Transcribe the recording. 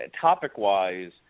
topic-wise